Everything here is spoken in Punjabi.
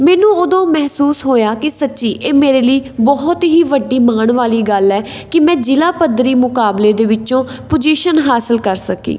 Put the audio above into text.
ਮੈਨੂੰ ਉਦੋਂ ਮਹਿਸੂਸ ਹੋਇਆ ਕਿ ਸੱਚੀ ਇਹ ਮੇਰੇ ਲਈ ਬਹੁਤ ਹੀ ਵੱਡੀ ਮਾਣ ਵਾਲੀ ਗੱਲ ਹੈ ਕਿ ਮੈਂ ਜ਼ਿਲ੍ਹਾ ਪੱਧਰੀ ਮੁਕਾਬਲੇ ਦੇ ਵਿੱਚੋਂ ਪੁਜ਼ੀਸ਼ਨ ਹਾਸਲ ਕਰ ਸਕੀ